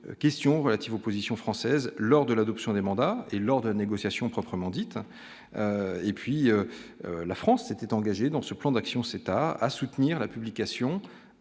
questions relatives aux positions françaises lors de l'adoption des mandats et lors des négociations proprement dite, et puis la France s'était engagée dans ce plan d'action c'est à à soutenir la publication